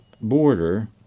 border